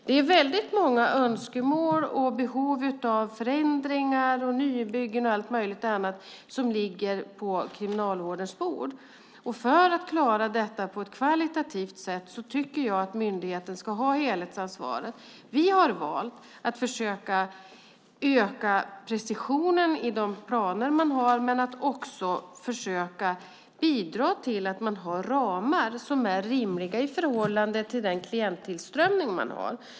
Det är väldigt många önskemål om och behov av förändringar, nybyggen och annat som ligger på Kriminalvårdens bord, och för att klara detta på ett kvalitativt sätt tycker jag att myndigheten ska ha helhetsansvaret. Vi har valt att försöka öka precisionen i de planer man har men också bidra till att man har ramar som är rimliga i förhållande till den klienttillströmning man har.